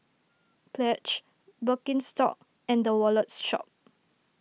Pledge Birkenstock and the Wallet Shop